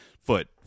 foot